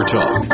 Talk